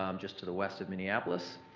um just to the west of minneapolis.